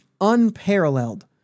unparalleled